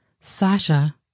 Sasha